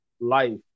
life